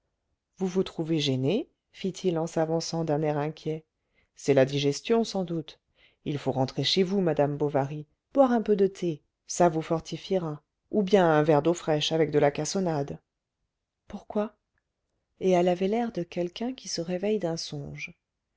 vous vous trouvez gênée fit-il en s'avançant d'un air inquiet c'est la digestion sans doute il faut rentrer chez vous madame bovary boire un peu de thé ça vous fortifiera ou bien un verre d'eau fraîche avec de la cassonade pourquoi et elle avait l'air de quelqu'un qui se réveille d'un songe